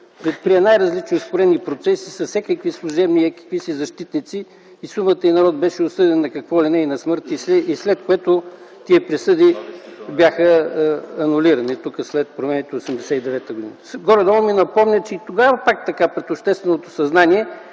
най-различни ускорени процеси с всякакви служебни и еди-какви си защитници и сума ти народ беше осъден на какво ли не, на смърт, след което тези присъди бяха анулирани след промените 1989 г.? Горе-долу ми напомня, че и тогава пак така пред общественото съзнание,